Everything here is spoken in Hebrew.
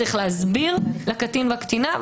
צריך להסביר לקטין ולקטינה,